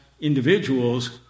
individuals